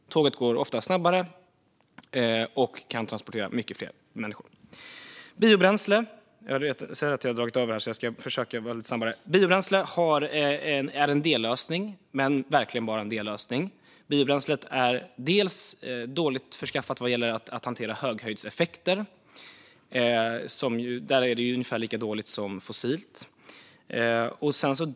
Tåget går ofta snabbare och kan transportera många fler människor. Jag ser att jag har dragit över min talartid, så jag ska försöka snabba på. Nästa teknik är biobränsle. Det är en dellösning - och verkligen bara en dellösning. Biobränslet är dåligt beskaffat vad gäller att hantera höghöjdseffekter; det är ungefär lika dåligt som fossilt bränsle.